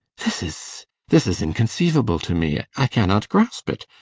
this is this is inconceivable to me. i cannot grasp it!